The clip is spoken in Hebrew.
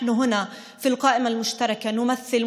אל תחושו שדרך האמת שוממת